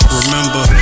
Remember